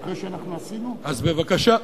אז בבקשה,